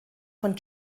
von